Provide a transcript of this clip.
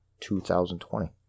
2020